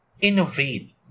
innovate